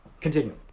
continue